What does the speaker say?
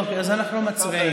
אוקיי, אז אנחנו מצביעים.